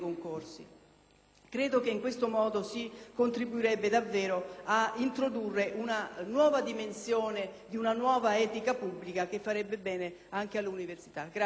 Penso che in questo modo si contribuirebbe davvero a introdurre una nuova dimensione di una nuova etica pubblica che farebbe bene anche alle università. *(Applausi dal